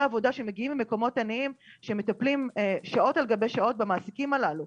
עבודה שמגיעים ממקומות עניים שמטפלים שעות על גבי שעות במעסיקים הללו.